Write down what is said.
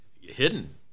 Hidden